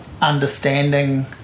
understanding